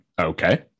okay